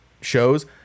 shows